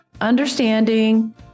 Understanding